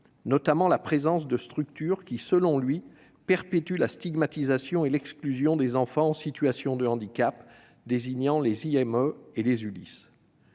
notamment la présence de structures qui, selon lui, perpétuent la stigmatisation et l'exclusion des enfants en situation de handicap, désignant les IME et les ULIS.